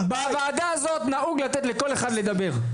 בוועדה הזאת נהוג לתת לכל אחד לדבר.